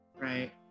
right